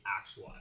actual